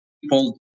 people